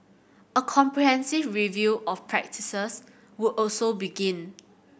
a comprehensive review of practices would also begin